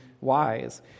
wise